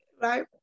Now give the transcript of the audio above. right